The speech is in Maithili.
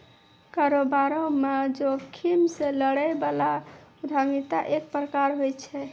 कारोबार म जोखिम से लड़ै बला उद्यमिता एक प्रकार होय छै